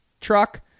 truck